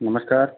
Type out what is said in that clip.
नमस्कार